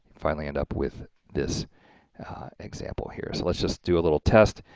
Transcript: finally end up with this example here. so, let's just do a little test.